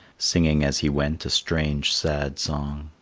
singing as he went a strange sad song.